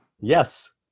Yes